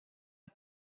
are